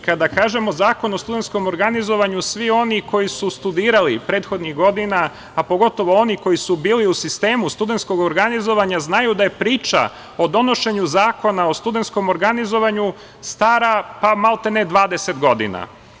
Kada kažemo, zakon o studentskom organizovanju, svi oni koji su studirali prethodnih godina, a pogotovo oni koji su bili u sistemu studentskog organizovanja, znaju da je priča o donošenju zakona o studentskom organizovanju, stara maltene 20 godina.